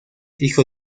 hijo